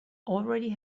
already